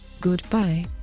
Goodbye